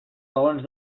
raons